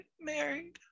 married